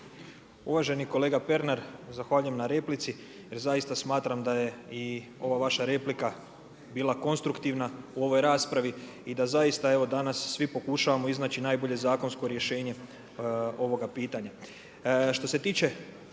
Uvaženi kolega Pernar, zahvaljujem na replici jer zaista smatram da je i ova vaša replika bila konstruktivna u ovoj raspravi i da zaista evo danas svi pokušavamo iznaći najbolje zakonsko rješenje ovoga pitanja. Što se tiče